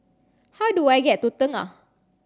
how do I get to Tengah